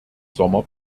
sommer